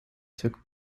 took